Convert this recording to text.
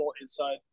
inside